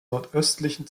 nordöstlichen